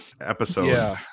episodes